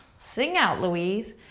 sing out, louise!